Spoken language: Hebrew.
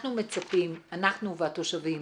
אנחנו מצפים, אנחנו והתושבים